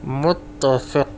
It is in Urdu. متفق